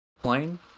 Plane